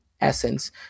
essence